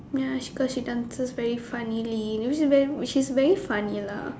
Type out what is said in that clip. ya she cause she dances very funnily you know she's a very she's very funny lah